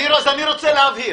אני שמעתי דיבורים.